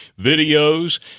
videos